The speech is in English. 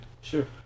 Sure